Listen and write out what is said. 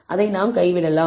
அதை நாம் கைவிடலாம்